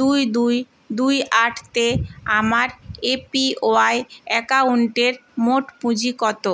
দুই দুই দুই আট তে আমার এ পি ওয়াই অ্যাকাউন্টের মোট পুঁজি কত